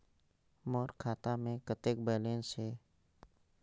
मोर खाता मे कतेक बैलेंस हे?